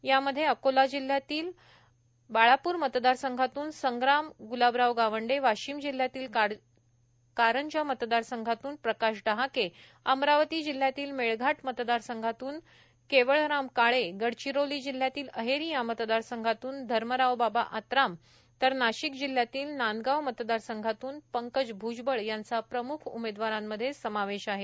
यामध्ये अकोला जिल्ह्यातील बाळापूर मतदारसंघातून संग्राम ग्लाबराव गावंडे वाशिम जिल्ह्यातील कारंजा मतदारसंघातून प्रकाश डहाके अमरावती जिल्ह्यातील मेळघाट मतदारसंघातून केवळराम काळे गडचिरोली जिल्ह्यातील अहेरी या मतदारसंघातून धर्मरावबाबा आत्राम तर नाशिक जिल्ह्यातील नांदगाव मतदारसंघातून पंकज भ्जबळ यांचा प्रम्ख उमेदवारीमध्ये समावेश आहे